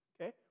Okay